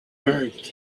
heart